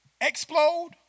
explode